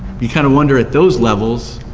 you kind of wonder, at those levels,